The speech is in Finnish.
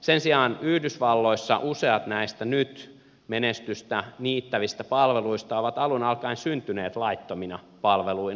sen sijaan yhdysvalloissa useat näistä nyt menestystä niittävistä palveluista ovat alun alkaen syntyneet laittomina palveluina